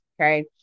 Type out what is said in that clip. Okay